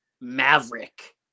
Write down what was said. Maverick